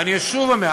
ואני שוב אומר,